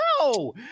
no